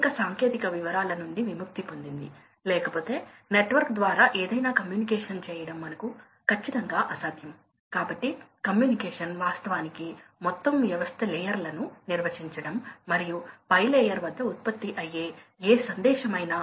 ఈ K విలువ క్రమంగా పెరుగుతోంది అంటే డాంపర్ మూసివేస్తున్నందున ఇచ్చిన ప్రవాహాన్ని నడపడానికి మరింత ప్రెజర్ అవసరం అది సహజమైనది